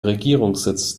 regierungssitz